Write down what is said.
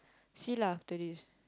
see lah after this